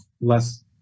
less